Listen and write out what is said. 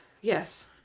Yes